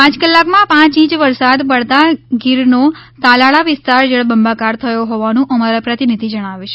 પાંચ કલાક માં પાંચ ઇંચ વરસાદ પડતાં ગીર નો તાલાળા વિસ્તાર જળબંબાકાર થયો હોવાનું અમારા પ્રતિનિધિ જણાવે છે